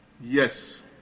yes